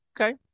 Okay